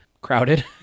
Crowded